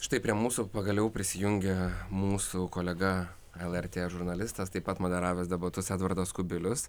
štai prie mūsų pagaliau prisijungė mūsų kolega el er tė žurnalistas taip pat moderavęs debatus edvardas kubilius